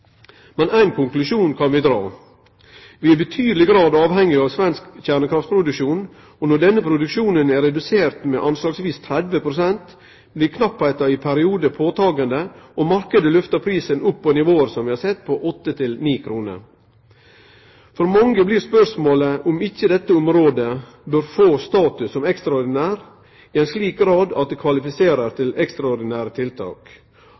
Men ein konklusjon kan vi trekkje: Vi er i betydeleg grad avhengige av svensk kjernekraftproduksjon, og når denne produksjonen er redusert med anslagsvis 30 pst., blir knappheita i periodar påtakeleg, og marknaden lyfter prisen opp til eit nivå på, som vi har sett, 8–9 kr. For mange blir spørsmålet om ikkje dette området bør få status som ekstraordinært, i ein slik grad at det kvalifiserer til ekstraordinære tiltak.